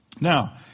Now